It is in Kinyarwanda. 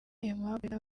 aimable